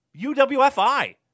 UWFI